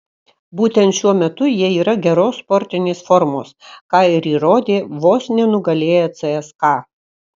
būtent šiuo metu jie yra geros sportinės formos ką ir įrodė vos nenugalėję cska